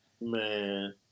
Man